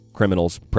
Criminals